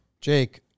jake